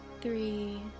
three